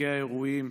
מפיקי האירועים,